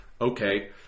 Okay